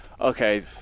Okay